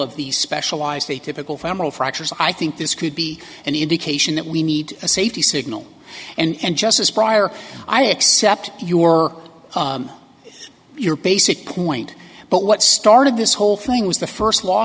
of these specialized atypical femoral fractures i think this could be an indication that we need a safety signal and just as prior i accept your your basic point but what started this whole thing was the first